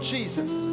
Jesus